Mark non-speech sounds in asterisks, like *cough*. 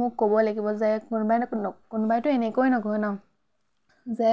মোক ক'ব লাগিব যে কোনোবাই *unintelligible* কোনো কোনোবাইতো এনেকৈ নকয় ন যে